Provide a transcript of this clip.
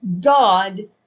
God